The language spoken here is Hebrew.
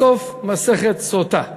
בסוף מסכת סוטה, או.